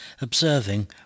observing